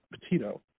Petito